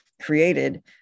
created